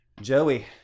Joey